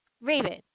Raven